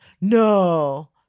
No